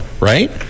right